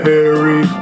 Harry